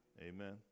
Amen